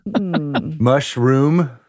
Mushroom